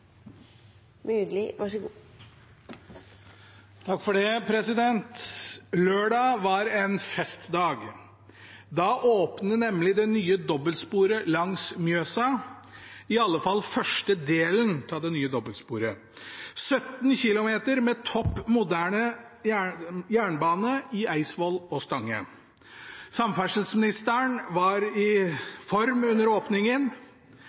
var en festdag. Da åpnet nemlig det nye dobbeltsporet langs Mjøsa, i alle fall første delen av det nye dobbeltsporet. 17 km med topp moderne jernbane i Eidsvoll og Stange. Samferdselsministeren var i form under åpningen,